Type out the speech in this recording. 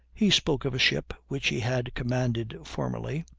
he spoke of a ship which he had commanded formerly,